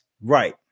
right